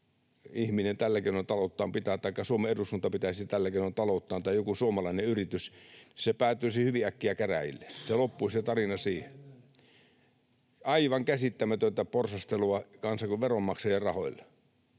ihminen tällä keinoin talouttaan pitää taikka Suomen eduskunta pitäisi tällä keinoin talouttaan tai joku suomalainen yritys, se päätyisi hyvin äkkiä käräjille. Se tarina loppuisi siihen. Aivan käsittämätöntä porsastelua veronmaksajien rahoilla.